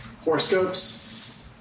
Horoscopes